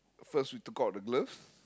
first we took out the gloves